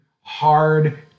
hard